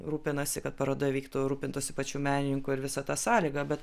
rūpinasi kad paroda vyktų rūpintųsi pačių menininkų ir visa ta sąlyga bet